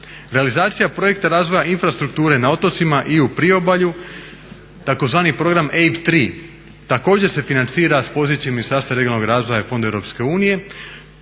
Realizacija projekta razvoja infrastrukture na otocima i u priobalju, tzv. program EIB 3 također se financira s pozicije Ministarstva regionalnog razvoja i fondova